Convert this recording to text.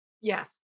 Yes